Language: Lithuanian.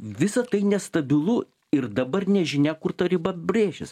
visa tai nestabilu ir dabar nežinia kur ta riba brėšis